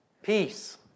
Peace